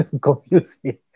confusing